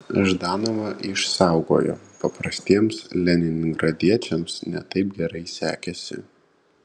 ždanovą išsaugojo paprastiems leningradiečiams ne taip gerai sekėsi